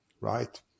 Right